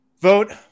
Vote